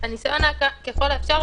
הניסיון הוא ככל האפשר,